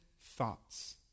thoughts